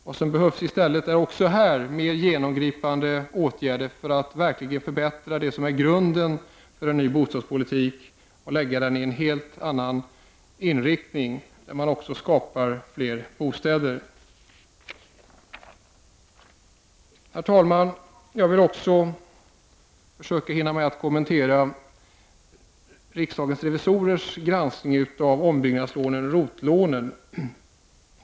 Vad som behövs i stället är också här genomgripande åtgärder som ger verkliga förbättringar och som innebär att grunden läggs för en bostadspolitik med en helt ny inriktning, där man också skapar fler bostäder. Herr talman! Jag vill också kommentera riksdagens revisorers granskning av ROT-lånen.